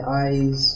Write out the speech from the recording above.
eyes